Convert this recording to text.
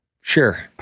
Sure